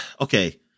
Okay